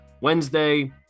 Wednesday